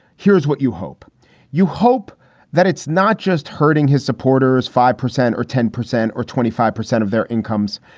here's what you hope you hope that it's not just hurting his supporters, five percent or ten percent or twenty five percent of their incomes,